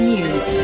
News